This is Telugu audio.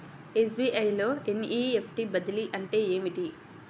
ఎస్.బీ.ఐ లో ఎన్.ఈ.ఎఫ్.టీ బదిలీ అంటే ఏమిటి?